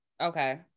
okay